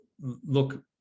look